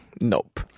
Nope